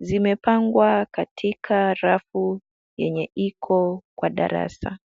zimepangwa katika rafu yenye iko kwa darasa.